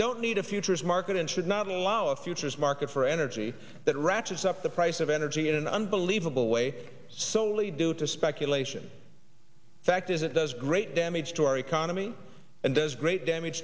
don't need a futures market and should not allow a futures market for energy that ratchets up the price of energy in an unbelievable way solely due to speculation fact is it does great damage to our economy and does great damage